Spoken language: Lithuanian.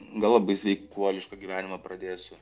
gal labai sveikuolišką gyvenimą pradėsiu